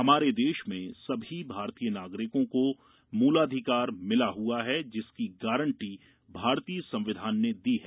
हमारे देश में सभी भारतीय नागरिकों को मूलाधिकार मिला हुआ है जिसकी गारंटी भारतीय संविधान ने दी है